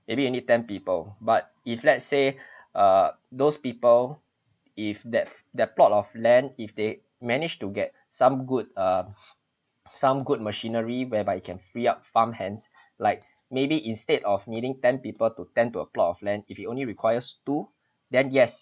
maybe you need ten people but if let's say uh those people if that that plot of land if they manage to get some good uh some good machinery whereby you can free up farm hands like maybe instead of needing ten people to tend to a plot of land if you only requires two then yes